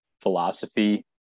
philosophy